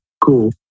Cool